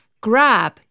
Grab